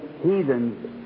heathens